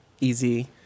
easy